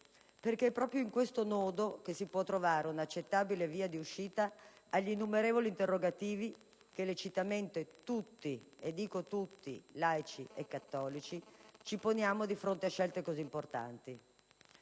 perché è proprio in questo nodo che si può trovare un'accettabile via d'uscita agli innumerevoli interrogativi che lecitamente tutti - e dico tutti, laici e cattolici - ci poniamo di fronte a scelte così importanti.